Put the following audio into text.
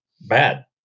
bad